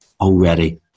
already